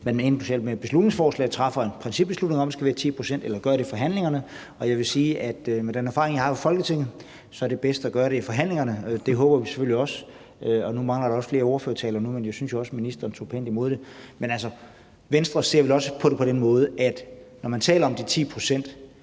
man enten med beslutningsforslaget træffer en principbeslutning om, om det skal være 10 pct., eller gør det i forhandlingerne. Jeg vil sige med den erfaring, jeg har fra Folketinget, at det er bedst at gøre det i forhandlingerne. Det håber vi selvfølgelig også sker. Nu mangler der jo også flere ordførertaler, men jeg synes også, ministeren tog pænt imod forslaget. Men Venstre ser vel også på det på den måde, at når man taler om de 10 pct.,